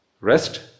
rest